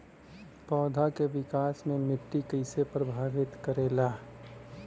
पौधा के विकास मे मिट्टी कइसे प्रभावित करेला?